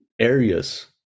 areas